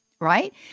right